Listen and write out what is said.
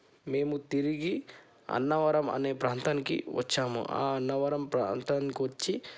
మేము తిరిగి అన్నవరం అనే ప్రాంతానికి వచ్చాము ఆ అన్నవరం ప్రాంతం కొచ్చి